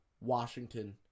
Washington